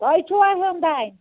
تۄہہِ چھُوا ہیوٚن دانہِ